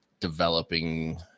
developing